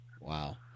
Wow